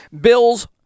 Bills